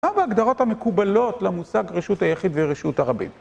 מה בהגדרות המקובלות למושג רשות היחיד ורשות הרבים?